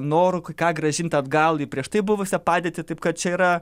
noru ką grąžint atgal į prieš tai buvusią padėtį taip kad čia yra